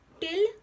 till